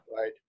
right